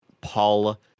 Paul